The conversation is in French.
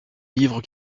livres